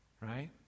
right